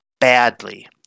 badly